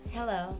Hello